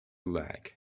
lag